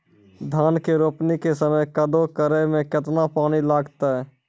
धान के रोपणी के समय कदौ करै मे केतना पानी लागतै?